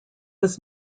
was